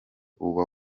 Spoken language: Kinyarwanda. uba